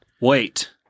Wait